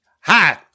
hi